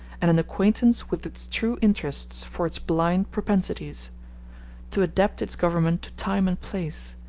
and an acquaintance with its true interests for its blind propensities to adapt its government to time and place,